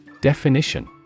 Definition